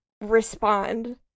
respond